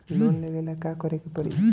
Loan लेवे ला का करे के पड़ी?